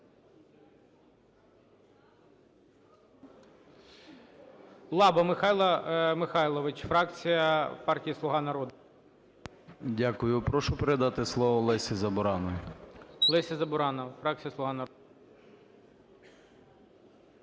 Дякую. Прошу передати слово Лесі Забуранній.